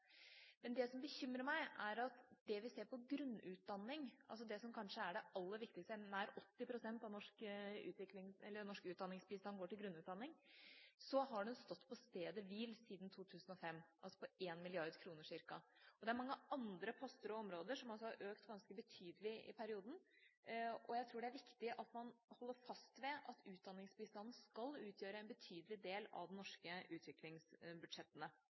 Men det som bekymrer meg, er at når vi ser på grunnutdanning, altså kanskje det aller viktigste – nær 80 pst. av norsk utdanningsbistand går til grunnutdanning – har den stått på stedet hvil siden 2005, altså på ca. 1 mrd. kr. Det er mange andre poster og områder som også har økt ganske betydelig i perioden, og jeg tror det er viktig at man holder fast ved at utdanningsbistanden skal utgjøre en betydelig del av de norske utviklingsbudsjettene.